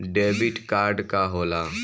Debit card का होला?